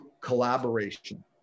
collaboration